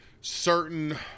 certain